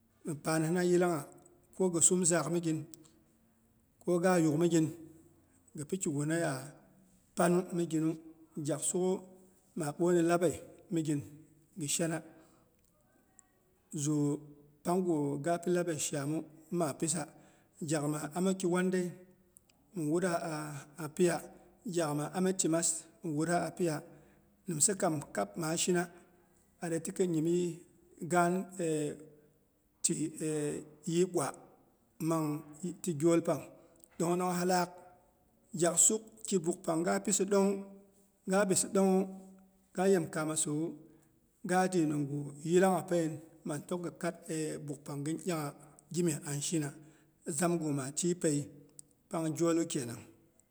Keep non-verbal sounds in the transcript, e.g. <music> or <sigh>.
Mi paanhina yilangha ko gɨ sum zaagh migin, koga yukmigin gɨ pikigunaya pan miginu, gyak sukgwu maa ɓwoini labei migin mi shana. Zuu pangu gapi labe shaamu nima pisa. Gyak maa amiki wandei min wuda apiya. Gyak maa ami timas mi wuda apiya. Nimsa kam kab maashina adetikɨn nyimyii gaan <hesitation> ti yɨi bwa mana ti gyolpang, ɗong ɗong ngha laak gyaksuk kibuule pangga pisi ɗong, ga bisi ɗongnwu ga yem kaa masewu, ga dyi ningu yilangha panmang tok gɨ kad buk pang gɨn iyangha gimyes an shina zam gu maa tyi pei pang gyolu kenang.